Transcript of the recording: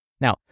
Now